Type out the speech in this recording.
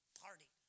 party